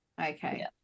Okay